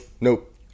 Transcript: Nope